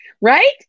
Right